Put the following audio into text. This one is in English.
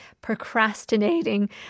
procrastinating